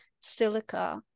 silica